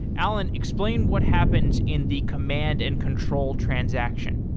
allan, explains what happens in the command and control transaction.